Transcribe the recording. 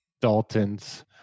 Daltons